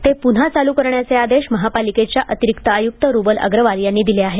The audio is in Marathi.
ते पुन्हा चालू करण्याचे आदेश महापालिकेच्या अतिरिक्त आयुक्त रुबल अग्रवाल यांनी दिले आहेत